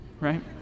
right